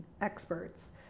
experts